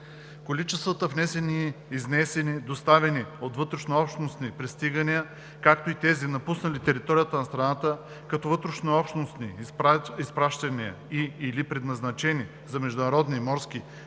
количествата внесени, изнесени, доставени от вътрешнообщностни пристигания, както и тези напуснали територията на страната като вътрешнообщностни изпращания и/или предназначени за международни морски бункерни